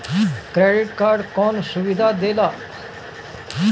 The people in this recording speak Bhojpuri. क्रेडिट कार्ड कौन सुबिधा देला?